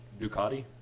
ducati